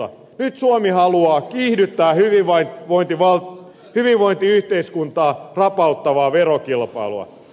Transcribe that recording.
nyt suomi haluaa kiihdyttää hyvinvointiyhteiskuntaa rapauttavaa verokilpailua